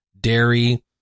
dairy